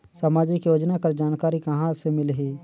समाजिक योजना कर जानकारी कहाँ से मिलही?